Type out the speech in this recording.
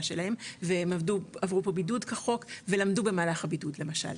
שלהם והם עברו פה בידוד כחוק והם למדו במהלך הבידוד למשל.